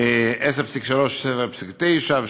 7.9% 10.3%,